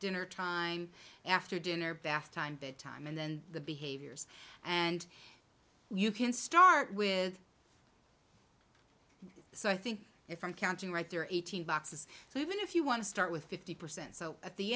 dinner time after dinner bath time bed time and then the behaviors and you can start with so i think if i'm counting right there are eighteen boxes so even if you want to start with fifty percent so at the